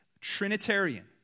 Trinitarian